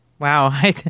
Wow